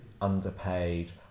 underpaid